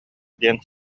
диэн